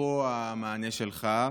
אפרופו המענה שלך,